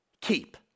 keep